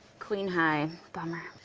queen high, bummer.